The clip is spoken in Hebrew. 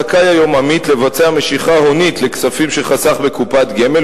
זכאי היום עמית לבצע משיכה הונית לכספים שחסך בקופת גמל,